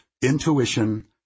intuition